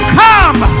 come